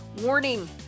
Warning